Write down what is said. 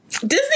Disney